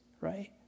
right